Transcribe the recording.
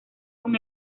con